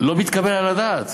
לא מתקבל על הדעת.